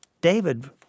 David